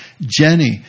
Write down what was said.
Jenny